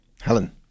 helen